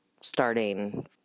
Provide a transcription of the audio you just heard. starting